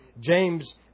James